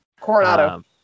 Coronado